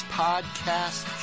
podcast